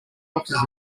boxes